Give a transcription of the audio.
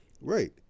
Right